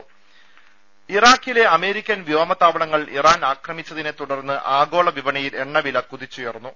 രുട്ട്ട്ട്ടറും ഇറാഖിലെ അമേരിക്കൻ വ്യോമതാവളങ്ങൾ ഇറാൻ ആക്രമിച്ചതിനെ തുടർന്ന് ആഗോള വിപണിയിൽ എണ്ണവില കുതിച്ചുയർന്നു